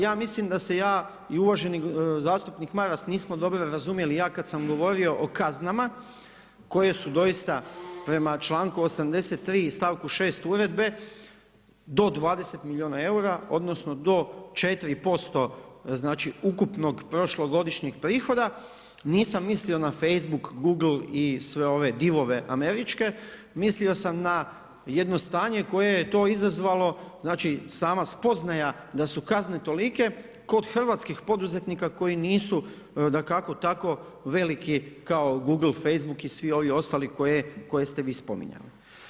Ja mislim da se ja i uvaženi zastupnik Maras nismo dobro razumjeli, ja kad sam govorio o kaznama koje su doista prema članku 83. stavku 6. uredbe do 20 milijuna eura odnosno do 4% ukupnog prošlogodišnjeg prihoda, nisam mislio na Facebook, Google i sve ove divove američke, mislio sam na jedno stanje koje to izazvalo, znači sama spoznaja da su kazne tolike kod hrvatskih poduzetnika koji nisu dakako tako veliki kao Google, Facebook i svi ovi ostali koje ste vi spominjali.